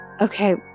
Okay